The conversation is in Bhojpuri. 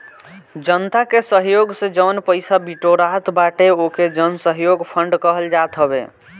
जनता के सहयोग से जवन पईसा बिटोरात बाटे ओके जनसहयोग फंड कहल जात हवे